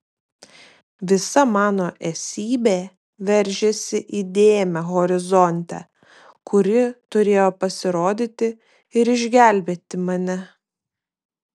visa mano esybė veržėsi į dėmę horizonte kuri turėjo pasirodyti ir išgelbėti mane